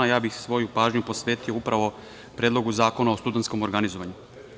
Ja bih svoju pažnju posvetio upravo Predlogu zakona o studentskom organizovanju.